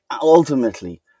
ultimately